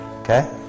Okay